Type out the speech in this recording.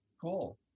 Cool